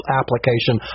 application